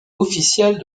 officiel